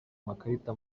amakarita